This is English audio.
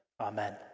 amen